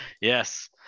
Yes